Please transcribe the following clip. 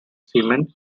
cement